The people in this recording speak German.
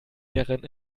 lehrerin